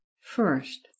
First